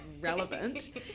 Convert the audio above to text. relevant